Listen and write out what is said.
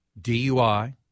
DUI